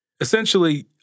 Essentially